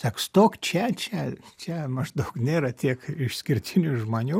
sako stok čia čia čia maždaug nėra tiek išskirtinių žmonių